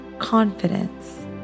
confidence